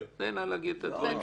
תן לה להגיד את הדברים שלה.